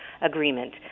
agreement